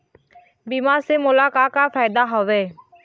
बीमा से मोला का का फायदा हवए?